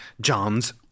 John's